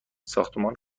ساختمان